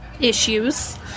issues